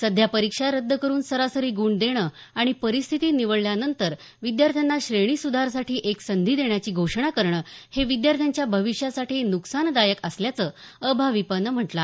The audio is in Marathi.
सध्या परीक्षा रद्द करून सरासरी गुण देणं आणि परिस्थिती निवळल्यानंतर विद्यार्थ्यांना श्रेणीसुधारसाठी एक संधी देण्याची घोषणा करणं हे विद्यार्थ्यांच्या भविष्यासाठी न्कसानदायक असल्याचं अभाविपनं म्हटलं आहे